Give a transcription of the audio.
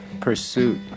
pursuit